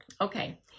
Okay